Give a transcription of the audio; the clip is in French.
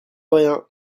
rien